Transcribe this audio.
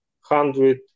hundred